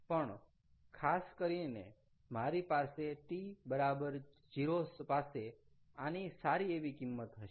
પણ ખાસ કરીને મારી પાસે t 0 પાસે આની સારી એવી કિંમત હશે